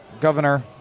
governor